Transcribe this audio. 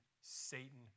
Satan